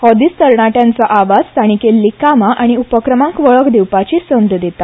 हो दिस तरणाट्यांचो आवाज ताणी केल्ली कामा आनी उपक्रमांक वळख दिवपाची संद दिता